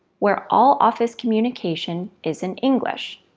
where all office communication is in english.